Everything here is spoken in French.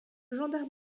gendarme